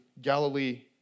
Galilee